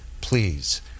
please